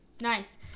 Nice